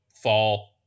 fall